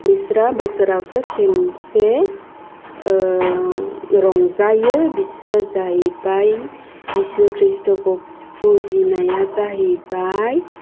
बिसोरो बोसोरावसो खेनसे रंजायो बिसोरो जाहैबाय जिसु ख्रिष्टखौ फुजिनाया जाहैबाय